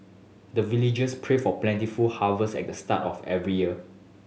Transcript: the villagers pray for plentiful harvest at the start of every year